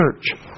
church